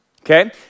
okay